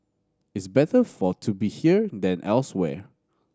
it's better for to be here than elsewhere